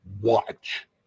watch